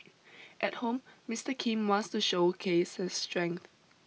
at home Mister Kim wants to showcase his strength